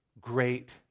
great